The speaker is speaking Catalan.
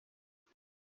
dit